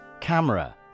Camera